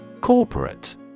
Corporate